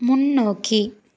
முன்னோக்கி